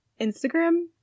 instagram